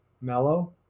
Mellow